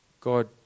God